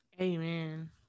amen